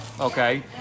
Okay